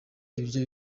ibiryo